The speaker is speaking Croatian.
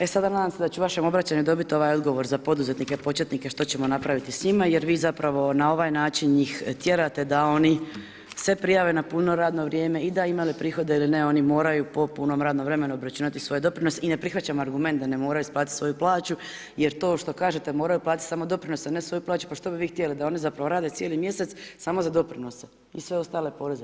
E sada nadam se da ću vašem obraćanju dobiti ovaj odgovor, za poduzetnike i početnike, što ćemo napraviti s njima, jer vi zapravo, na ovaj način njih tjerate, da sve prijave na puno radno vrijeme i da li imali prihode ili ne, oni moraju, po punom radnom vremenu obračunati svoje doprinose i ne prihvaćam argument da ne moraju isplatiti svoju plaću, jer to što kažete, moraju platiti samo doprinos, a ne svoju plaću, pa što bi vi htjeli, da oni zapravo rade cijeli mjesec samo za doprinos i sve ostale poreze.